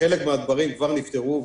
חלק מהדברים כבר נפתרו,